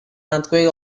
earthquake